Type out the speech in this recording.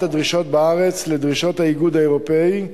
הדרישות בארץ לדרישות האיגוד האירופי,